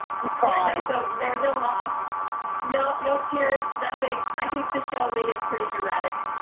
you cried. so there was no hos, no no tears, nothing. i think the show made it pretty dramatic.